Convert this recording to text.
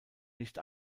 nicht